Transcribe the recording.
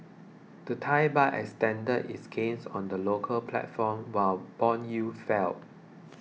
the Thai Baht extended its gains on the local platform while bond yields fell